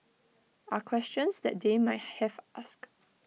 are questions that they might have asked